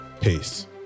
Peace